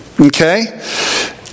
okay